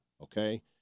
okay